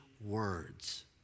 words